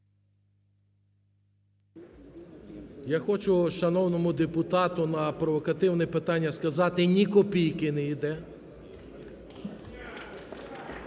Я хочу шановному депутату на провокативне питання сказати: ні копійки не іде.